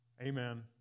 Amen